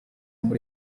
muri